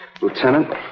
Lieutenant